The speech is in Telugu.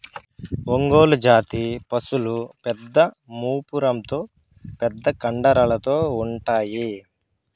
ఒంగోలు జాతి పసులు పెద్ద మూపురంతో పెద్ద కండరాలతో ఉంటాయి